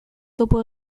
topo